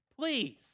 please